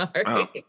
Sorry